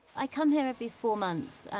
i come here every four months.